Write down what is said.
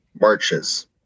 marches